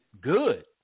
good